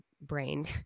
brain